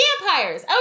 Vampires